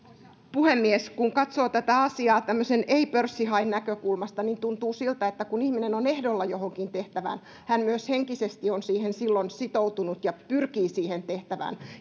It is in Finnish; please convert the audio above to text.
puhemies kun katsoo tätä asiaa tämmöisen ei pörssihain näkökulmasta niin tuntuu siltä että kun ihminen on ehdolla johonkin tehtävään hän myös henkisesti on siihen silloin sitoutunut ja pyrkii siihen tehtävään